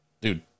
dude